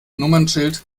nummernschild